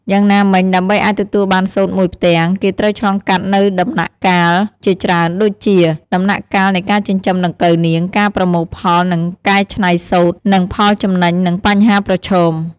យ៉ាងណាមិញ ដើម្បីអាចទទួលបានសូត្រមួយផ្ទាំង គេត្រូវឆ្លងកាត់នូវដំណាក់កាលជាច្រើនដូចជា៖ ដំណាក់កាលនៃការចិញ្ចឹមដង្កូវនាង ការប្រមូលផលនិងកែច្នៃសូត្រ និងផលចំណេញនិងបញ្ហាប្រឈម។